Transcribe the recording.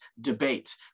debate